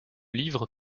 livres